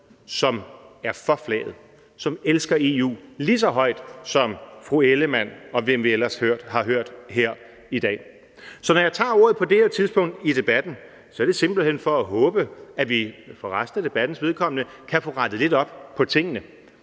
som er for EU-flaget, og som elsker EU lige så højt som fru Ellemann, og hvem vi ellers har hørt her i dag. Så når jeg tager ordet på det her tidspunkt i debatten, er det simpelt hen, fordi jeg håber, at vi for resten af debattens vedkommende kan få rettet lidt op på tingene.